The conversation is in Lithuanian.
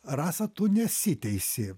rasa tu nesi teisi